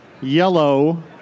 yellow